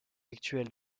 actuel